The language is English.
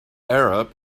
arab